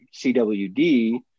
CWD